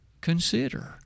consider